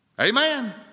Amen